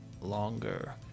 longer